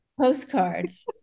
postcards